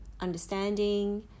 understanding